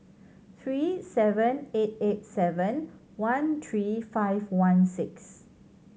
three seven eight eight seven one three five one six